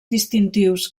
distintius